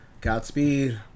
Godspeed